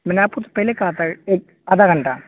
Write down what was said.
میں نے آپ کو پہلے کہا تھا ایک آدھا گھنٹہ